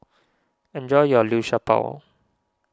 enjoy your Liu Sha Bao